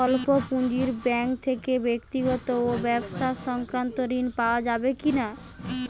স্বল্প পুঁজির ব্যাঙ্ক থেকে ব্যক্তিগত ও ব্যবসা সংক্রান্ত ঋণ পাওয়া যাবে কিনা?